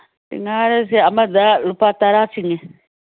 ꯁꯤꯡꯍꯥꯔꯁꯦ ꯑꯃꯗ ꯂꯨꯄꯥ ꯇꯔꯥ ꯆꯤꯡꯉꯦ